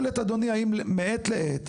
אם יורשה לי רגע להתייחס למשהו.